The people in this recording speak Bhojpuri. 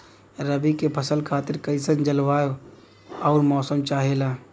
रबी क फसल खातिर कइसन जलवाय अउर मौसम चाहेला?